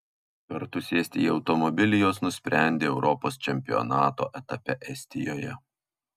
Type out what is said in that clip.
kartu sėsti į automobilį jos nusprendė europos čempionato etape estijoje